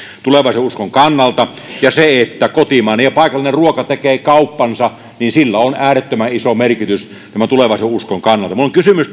tulevaisuudenuskon kannalta ja sillä että kotimainen ja paikallinen ruoka tekevät kauppansa on äärettömän iso merkitys tämän tulevaisuudenuskon kannalta minulla on kysymys